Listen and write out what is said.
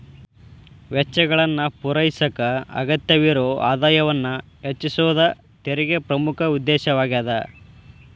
ವೆಚ್ಚಗಳನ್ನ ಪೂರೈಸಕ ಅಗತ್ಯವಿರೊ ಆದಾಯವನ್ನ ಹೆಚ್ಚಿಸೋದ ತೆರಿಗೆ ಪ್ರಮುಖ ಉದ್ದೇಶವಾಗ್ಯಾದ